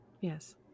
Yes